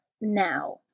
now